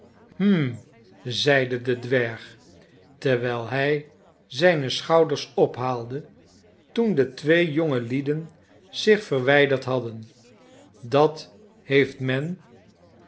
hm zeide de dwerg tewijlhij zijne schouders ophaalde toen de twee jonge lieden zich verwijderd hadden dat heeft men